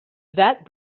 that